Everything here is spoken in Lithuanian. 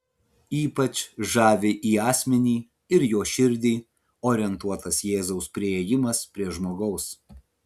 ypač žavi į asmenį ir jo širdį orientuotas jėzaus priėjimas prie žmogaus